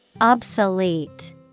Obsolete